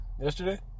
Yesterday